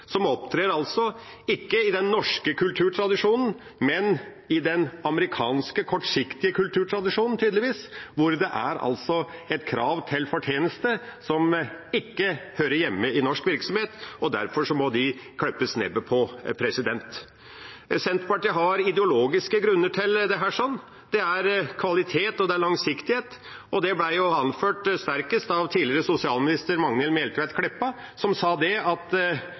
som ikke opptrer i den norske kulturtradisjonen, men tydeligvis i den amerikanske, kortsiktige kulturtradisjonen, hvor det er et krav til fortjeneste som ikke hører hjemme i norske virksomheter. Derfor må de klippes nebbet på. Senterpartiet har ideologiske grunner til dette – det er kvalitet og langsiktighet. Det ble jo anført sterkest av tidligere sosialminister Magnhild Meltveit Kleppa, som sa at en ikke setter bestemor ut på anbud – en meget presis beskrivelse. Det